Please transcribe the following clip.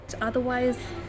Otherwise